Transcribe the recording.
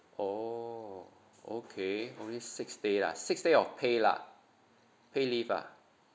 oh okay only six day lah six day of pay lah pay leave ah